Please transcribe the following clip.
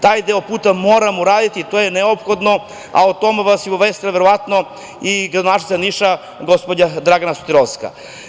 Taj deo puta moramo uraditi, to je neophodno, a o tome vas je obavestila i gradonačelnica Niša, gospođa Dragana Sotirovska.